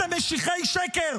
אתם משיחי שקר